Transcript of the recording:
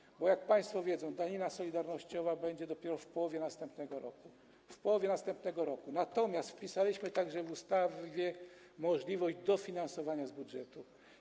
Dlatego że jak państwo wiedzą, danina solidarnościowa będzie dopiero w połowie następnego roku - w połowie następnego roku - natomiast wpisaliśmy do ustawy możliwość dofinansowania z budżetu.